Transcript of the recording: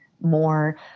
more